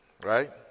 Right